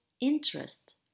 interest